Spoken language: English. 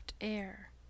air